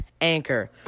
Anchor